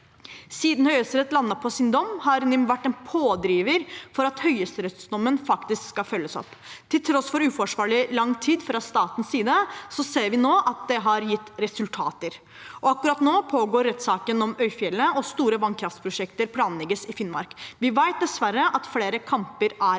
Siden Høyesterett landet på sin dom, har NIM vært en pådriver for at høyesterettsdommen faktisk skal følges opp. Til tross for uforsvarlig lang tid fra statens side ser vi nå at det har gitt resultater. Akkurat nå pågår rettssaken om Øyfjellet, og store vannkraftprosjekter planlegges i Finnmark. Vi vet dessverre at flere kamper er i vente.